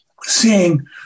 seeing